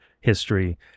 history